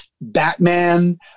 batman